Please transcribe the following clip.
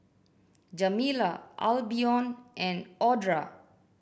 Jamila Albion and Audra